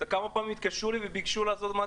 אתה יודע כמה פעמים התקשרו אליי וביקשו לעשות מנוי?